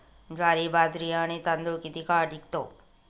ज्वारी, बाजरी आणि तांदूळ किती काळ टिकतो?